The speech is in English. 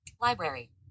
Library